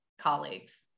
colleagues